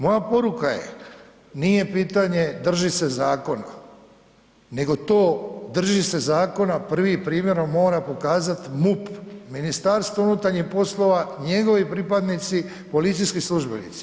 Moja poruka je, nije pitanje drži se zakona, nego to drži se zakona prvi primjerom mora pokazati MUP, Ministarstvo unutarnjih poslova, njegovi pripadnici, policijski službenici.